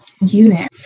unit